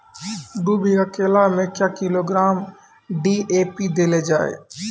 दू बीघा केला मैं क्या किलोग्राम डी.ए.पी देले जाय?